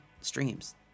streams